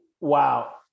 Wow